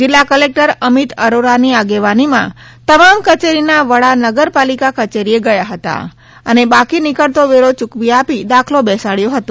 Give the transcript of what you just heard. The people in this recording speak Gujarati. જિલ્લા કલેક્ટર અમિત અરોરા ની આગેવાની માં તમામ કચેરી ના વડા નગરપાલિકા કચેરી એ ગયા હતા અને બાકી નીકળતો વેરો ચૂકવી આપી દાખલો બેસાડયો હતો